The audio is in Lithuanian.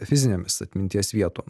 fizinėmis atminties vietom